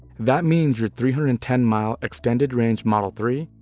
that means your three hundred and ten mile extended range model three,